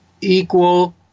equal